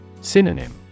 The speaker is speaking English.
Synonym